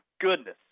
goodness